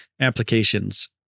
applications